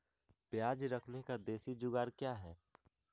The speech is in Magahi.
प्याज रखने का देसी जुगाड़ क्या है?